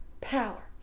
Power